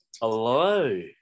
hello